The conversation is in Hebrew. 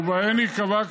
ובהן ייקבע,